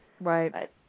Right